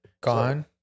Gone